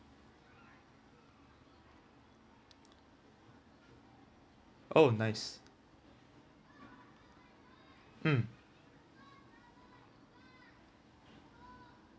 oh nice mm